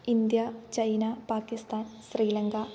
India China Pakistan Sri Lanka